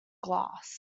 glass